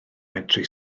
medru